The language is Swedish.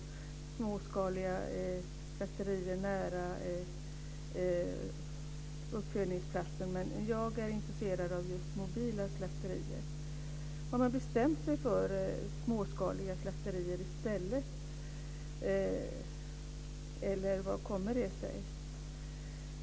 Jordbruksministern talar om småskaliga slakterier nära uppfödningsplatsen, men jag är intresserad av just mobila slakterier. Har man bestämt sig för småskaliga slakterier i stället, eller hur ligger det till?